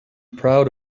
proud